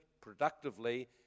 productively